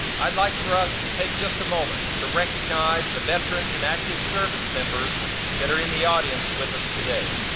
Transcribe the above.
i'd like for us to take just a moment to recognize the veterans and active service members that are in the audience with us today.